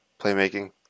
playmaking